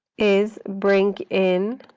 is bring in